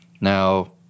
Now